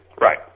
Right